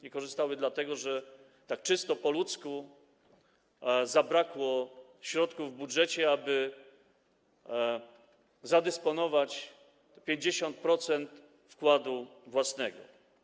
Nie korzystały dlatego, że tak czysto po ludzku zabrakło środków w budżecie, aby zadysponować 50% wkładu własnego.